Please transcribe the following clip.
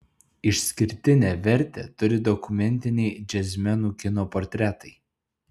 išskirtinę vertę turi dokumentiniai džiazmenų kino portretai